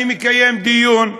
אני מקיים דיון,